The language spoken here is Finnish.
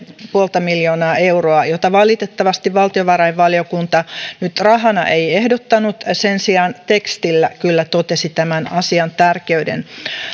puolta miljoonaa euroa jota valitettavasti valtiovarainvaliokunta nyt rahana ei ehdottanut sen sijaan tekstillä kyllä totesi tämän asian tärkeyden